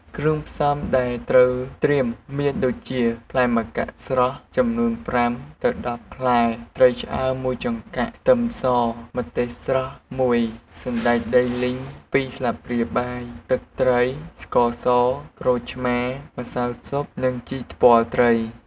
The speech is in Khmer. គ្រឿងផ្សំដែលត្រូវត្រៀមមានដូចជាផ្លែម្កាក់ស្រស់ ចំនួន ៥ ទៅ ១០ ផ្លែ ត្រីឆ្អើរ ១ ចង្កាក់ ខ្ទឹមស ម្ទេសស្រស់ ១ សណ្ដែកដីលីង ២ ស្លាបព្រាបាយ ទឹកត្រី ស្ករស ក្រូចឆ្មារ ម្សៅស៊ុប និង ជីថ្ពាល់ត្រី។